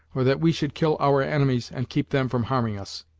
or that we should kill our enemies, and keep them from harming us?